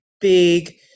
big